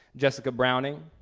jessica browning,